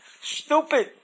Stupid